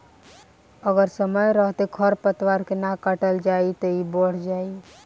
अगर समय रहते खर पातवार के ना काटल जाइ त इ बढ़ जाइ